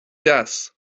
deas